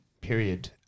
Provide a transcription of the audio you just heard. period